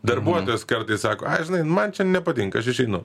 darbuotojas kartais sako ai žinai nu man čia nepatinka aš išeinu